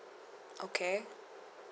okay